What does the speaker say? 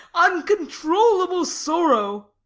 uncontrollable sorrow!